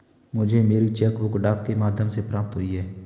मुझे मेरी cheque book डाक के माध्यम से प्राप्त हुई है